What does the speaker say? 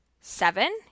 seven